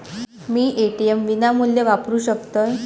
मी ATM विनामूल्य वापरू शकतय?